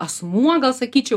asmuo gal sakyčiau